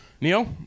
Neil